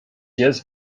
jest